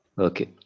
Okay